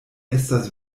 estas